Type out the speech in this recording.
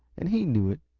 and he knew it.